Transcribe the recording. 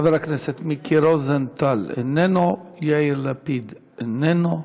חבר הכנסת מיקי רוזנטל, איננו, יאיר לפיד, איננו,